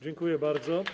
Dziękuję bardzo.